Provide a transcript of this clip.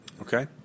Okay